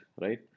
right